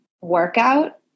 workout